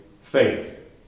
faith